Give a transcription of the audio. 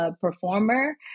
performer